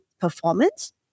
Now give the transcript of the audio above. performance